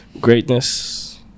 Greatness